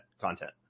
content